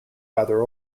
rather